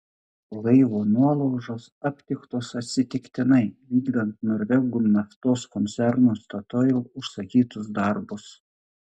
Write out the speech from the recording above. laivo nuolaužos aptiktos atsitiktinai vykdant norvegų naftos koncerno statoil užsakytus darbus